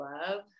love